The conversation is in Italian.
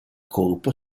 colpo